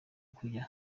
kujya